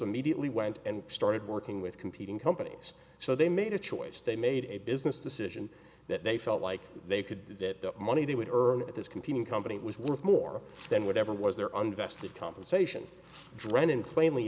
immediately went and started working with competing companies so they made a choice they made a business decision that they felt like they could that the money they would earn at this competing company was worth more than whatever was there on vested compensation drennan plainly